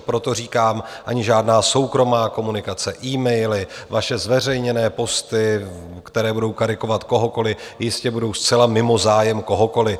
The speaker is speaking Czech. Proto říkám, ani žádná soukromá komunikace, emaily, vaše zveřejněné posty, které budou karikovat kohokoliv, jistě budou zcela mimo zájem kohokoliv.